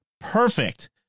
perfect